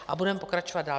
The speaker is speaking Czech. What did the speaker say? A budeme pokračovat dál.